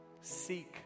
Seek